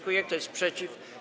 Kto jest przeciw?